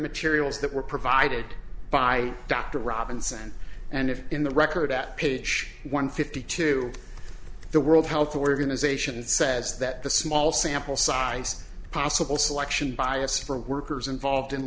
materials that were provided by dr robinson and if in the record at page one fifty two the world health organization says that the small sample size possible selection bias for workers involved in